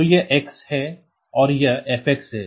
तो यह x है और यह f है